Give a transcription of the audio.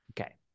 Okay